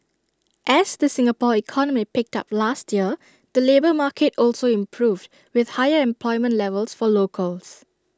as the Singapore economy picked up last year the labour market also improved with higher employment levels for locals